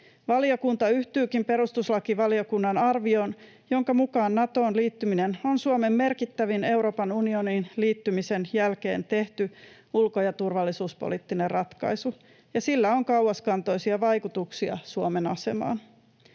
Valiokunta yhtyykin perustuslakivaliokunnan arvioon, jonka mukaan Natoon liittyminen on Suomen merkittävin Euroopan unioniin liittymisen jälkeen tehty ulko- ja turvallisuuspoliittinen ratkaisu, ja sillä on kauaskantoisia vaikutuksia Suomen asemaan.